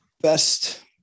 best –